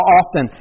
often